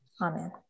Amen